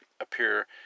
appear